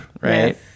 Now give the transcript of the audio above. right